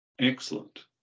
Excellent